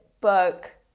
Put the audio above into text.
book